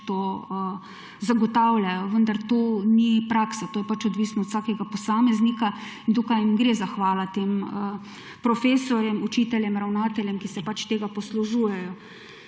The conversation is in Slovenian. to zagotavljajo. Vendar to ni praksa, to je pač odvisno od vsakega posameznika in tukaj jim gre zahvala tem profesorjem, učiteljem, ravnateljem, ki se pač tega poslužujejo.